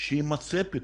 שיימצא פתרון,